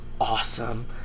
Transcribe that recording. awesome